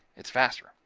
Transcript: it's faster.